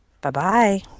Bye-bye